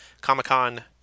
comic-con